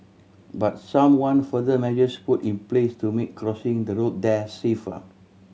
but some want further measures put in place to make crossing the road there safer